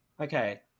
okay